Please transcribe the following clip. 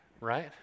Right